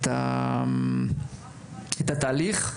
התהליך,